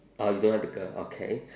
orh you don't have the girl okay